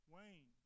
Wayne